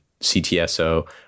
CTSO